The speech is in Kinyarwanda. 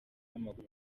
amaguru